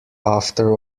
after